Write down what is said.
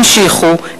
המשיכו,